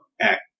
act